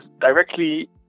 directly